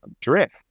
drift